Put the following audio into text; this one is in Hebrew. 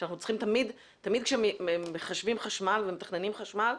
תמיד כשמחשבים חשמל ומתכננים חשמל,